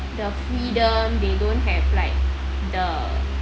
the freedom they don't have like the